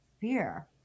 fear